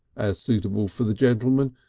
as suitable for the gentleman,